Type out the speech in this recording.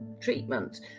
treatment